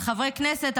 על חברי כנסת,